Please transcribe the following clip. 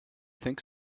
think